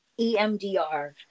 EMDR